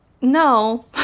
No